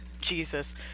Jesus